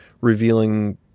revealing